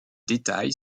détail